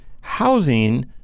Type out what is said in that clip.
Housing